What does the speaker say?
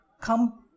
come